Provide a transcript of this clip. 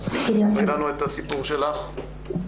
תציגי לנו את הסיפור שלך.